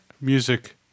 music